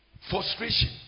frustration